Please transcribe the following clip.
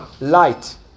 light